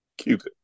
Cupid